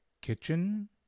kitchen